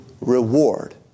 reward